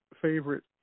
favorite